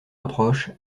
approche